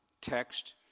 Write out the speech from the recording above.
text